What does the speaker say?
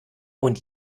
und